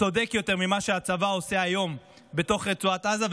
צודק יותר ממה שהצבא עושה היום בתוך רצועת עזה,